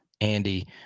Andy